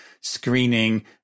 screening